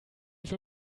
für